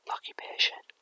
Occupation